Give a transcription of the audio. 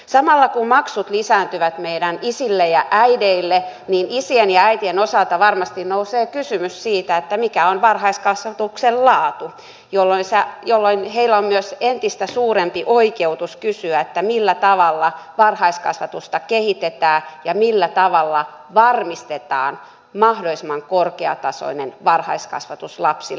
samalla kun maksut lisääntyvät isille ja äideille niin isien ja äitien osalta varmasti nousee kysymys siitä mikä on varhaiskasvatuksen laatu jolloin heillä on myös entistä suurempi oikeutus kysyä millä tavalla varhaiskasvatusta kehitetään ja millä tavalla varmistetaan mahdollisimman korkeatasoinen varhaiskasvatus lapsille